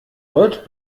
volt